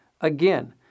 Again